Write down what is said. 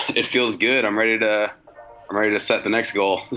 it feels good. i'm ready to i'm ready to set the next goal.